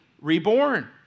reborn